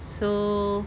so